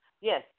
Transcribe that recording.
Yes